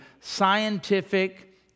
scientific